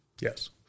yes